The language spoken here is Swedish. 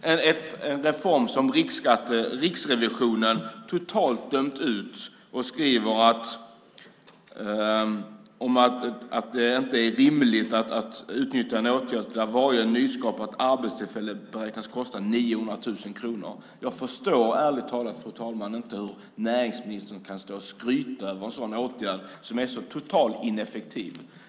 Det är en reform som Riksrevisionen totalt dömt ut och skriver att det inte är rimligt att utnyttja en åtgärd där varje nyskapat arbetstillfälle beräknas kosta 900 000 kronor. Jag förstår ärligt talat inte, fru talman, hur näringsministern kan stå och skryta över en sådan totalt ineffektiv åtgärd.